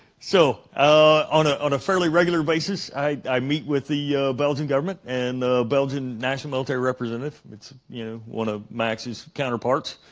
so ah on ah on a fairly regular basis i meet with the belgian government and the belgian national military representative it's you know one of max's counterparts